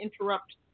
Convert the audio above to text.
interrupt